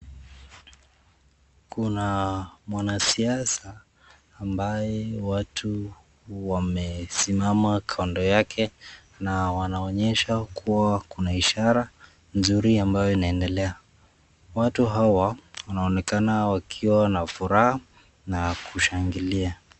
Kuna mwanasiasa ambaye watu wamesimama kando yake na wanaonyesha kuwa kuna ishara nzuri ambayo inaendelea watu hawa wanaonekana wakiwa na furaha na kushangailia.